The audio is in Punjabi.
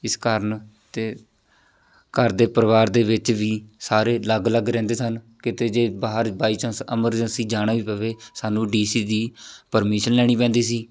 ਇਸ ਕਾਰਨ ਅਤੇ ਘਰ ਦੇ ਪਰਿਵਾਰ ਦੇ ਵਿੱਚ ਵੀ ਸਾਰੇ ਅਲੱਗ ਅਲੱਗ ਰਹਿੰਦੇ ਸਨ ਕਿਤੇ ਜੇ ਬਾਹਰ ਬਾਈ ਚਾਂਸ ਐਮਰਜੰਸੀ ਜਾਣਾ ਵੀ ਪਵੇ ਸਾਨੂੰ ਡੀ ਸੀ ਦੀ ਪਰਮਿਸ਼ਨ ਲੈਣੀ ਪੈਂਦੀ ਸੀ